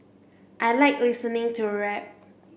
I like listening to rap